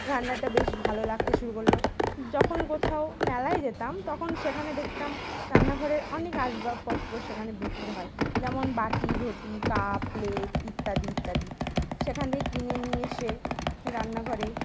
রান্নাটা বেশ ভালো লাগতে শুরু করলো যখন কোথাও মেলায় যেতাম তখন সেখানে দেখতাম রান্নাঘরের অনেক আসবাবপত্র সেখানে বিক্রি হয় যেমন বাটি ঘটি কাপ প্লেট ইত্যাদি ইত্যাদি সেখান থেকে কিনে নিয়ে এসে রান্নাঘরে